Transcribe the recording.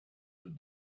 did